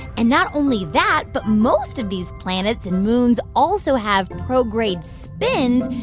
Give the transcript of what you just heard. and not only that, but most of these planets and moons also have prograde spins,